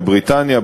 בבריטניה,